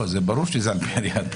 ברור שזה על פי בקשתה,